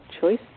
choice